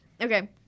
Okay